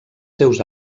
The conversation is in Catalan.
seus